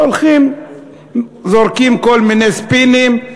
הולכים, זורקים כל מיני ספינים,